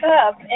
up